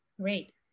Great